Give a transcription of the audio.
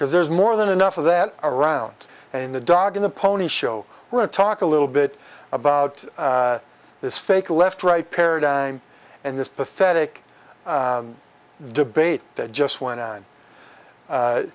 because there's more than enough of that around and the dog in the pony show want to talk a little bit about this fake left right paradigm and this pathetic debate that just went on a